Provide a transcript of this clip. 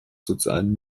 sozialen